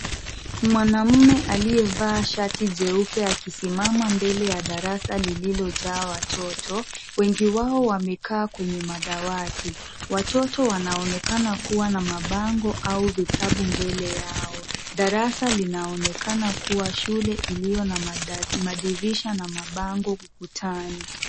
Mwanaume aliyevaa shati jeupe akisimama mbele ya darasa lililojaa watoto wengi wao wamekaa kwenye madawati, watoto wanaonekana kuwa na mabango au vitabu mbele yao darasa linaonekana kuwa shule iliyo na madirisha na mabango ukutani.